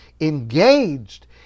engaged